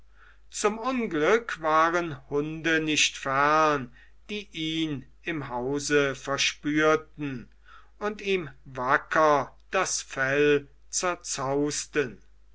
zum unglück waren hunde nicht fern die ihn im hause verspürten und ihm wacker das fell zerzausten